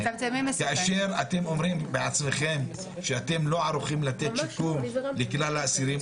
כאשר אתם אומרים בעצמכם שאתם לא ערוכים לתת שיקום לכלל האסירים,